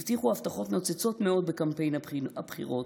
הבטיחו הבטחות נוצצות מאוד בקמפיין הבחירות: